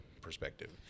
perspective